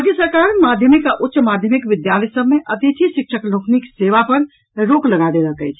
राज्य सरकार माध्यमिक आ उच्च माध्यमिक विद्यालय सभ मे अतिथि शिक्षक लोकनिक सेवा लेबा पर रोक लगा देलक अछि